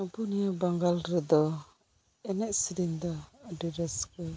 ᱟᱵᱩ ᱱᱤᱭᱟᱹ ᱵᱟᱝᱜᱟᱞ ᱨᱮᱫᱚ ᱮᱱᱮᱡ ᱥᱤᱨᱤᱧ ᱫᱚ ᱟᱹᱰᱤ ᱨᱟᱹᱥᱠᱟᱹ